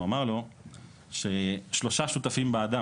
הוא אמר לו ששלושה שותפים באדם,